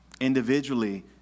Individually